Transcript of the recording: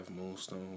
Moonstone